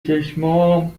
چشمام